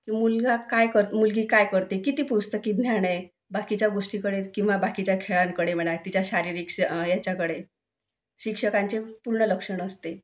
मुलगा काय कर मुलगी काय करते किती पुस्तकी ज्ञान आहे बाकीच्या गोष्टीकडे किंवा बाकीच्या खेळांकडे म्हणा तिच्या शारीरिक ह्याच्याकडे शिक्षकांचे पूर्ण लक्ष नसते